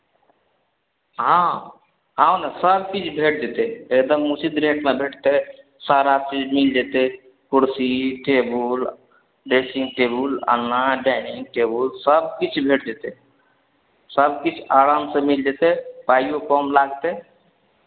हँ हँ आउ ने सभकिछु भेट जेतै एकदम उचित रेटमे भेटतै सारा चीज मिल जेतै कुर्सी टेबुल डेसिंग टेबुल अलना डाइनिंग टेबुल सभ किछु भेट जेतै सभकिछु आरामसँ मिल जेतै पाइओ कम लागतै